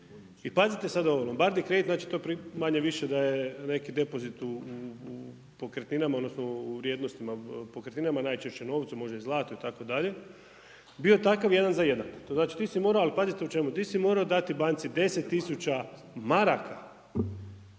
i pazite sad ovo lombardni kredit, znači, to manje-više da je neki depozit u pokretninama odnosno u vrijednostima pokretninama, najčešće novcu, može i zlato itd. Bio takav jedan za jedan. To znači ti si morao, ali pazite u čemu, ti si morao dati banci 10 tisuća maraka